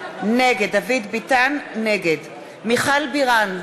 נגד מיכל בירן,